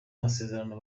masezerano